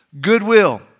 goodwill